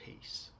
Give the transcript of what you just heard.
peace